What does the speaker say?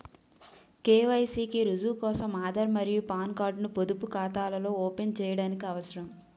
KYC కి రుజువు కోసం ఆధార్ మరియు పాన్ కార్డ్ ను పొదుపు ఖాతాను ఓపెన్ చేయడానికి అవసరం